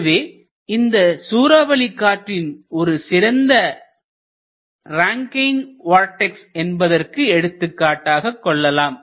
எனவே இந்த சூறாவளி காற்றின் ஒரு சிறந்த ரான்கெய்ன் வார்டெக்ஸ் என்பதற்கு எடுத்துக்காட்டாக கொள்ளலாம்